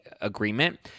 agreement